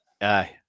Aye